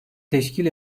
teşkil